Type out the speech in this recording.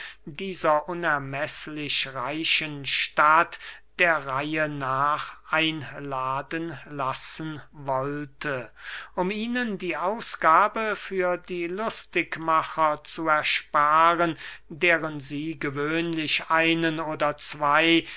dieser unermeßlich reichen stadt der reihe nach einladen lassen wollte um ihnen die ausgabe für die lustigmacher zu ersparen deren sie gewöhnlich einen oder zwey